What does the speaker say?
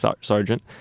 sergeant